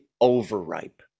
overripe